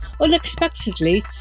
unexpectedly